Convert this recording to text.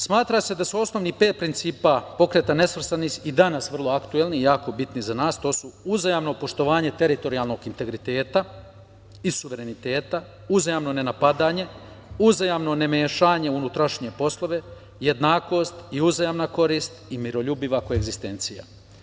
Smatra se da su osnovih pet principa Pokreta nesvrstanih i danas vrlo aktuelni i jako bitni za nas, to su: uzajamno poštovanje teritorijalnog integriteta i suvereniteta, uzajamno nenapadanje, uzajamno nemešanje u unutrašnje poslove, jednakost i uzajamna korist i miroljubiva koegzistencija.